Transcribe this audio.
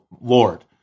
lord